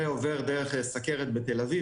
ועובר דרך סכרת בתל אביב,